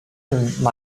日本